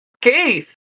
Keith